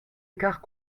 écart